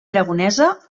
aragonesa